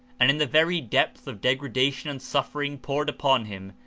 and in the very depth of degrada tion and suffering poured upon him,